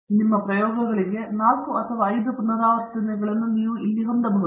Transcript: ಆದ್ದರಿಂದ ನಿಮ್ಮ ಪ್ರಯೋಗಗಳಿಗೆ 4 ಅಥವಾ 5 ಪುನರಾವರ್ತನೆಗಳನ್ನು ನೀವು ಇಲ್ಲಿ ಹೊಂದಬಹುದು